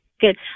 Good